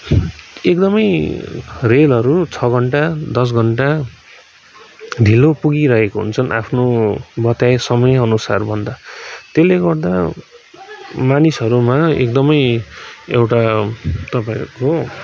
एकदमै रेलहरू छ घन्टा दस घन्टा ढिलो पुगिरहेको हुन्छन् आफ्नो बताए समयअनुसार भन्दा त्यसले गर्दा मानिसहरूमा एकदमै एउटा तपाईँको